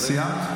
סיימת?